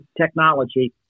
technology